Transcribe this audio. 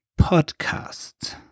podcast